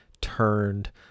turned